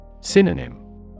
Synonym